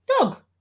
dog